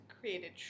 created